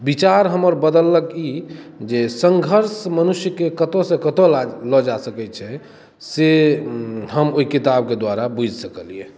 बिचार हमर बदललक कि जे सङ्घर्ष मनुष्यकेँ कतऽ सँ कतऽ लऽ जा सकै छै से हम ओहि किताब के द्वारा बुझि सकलियै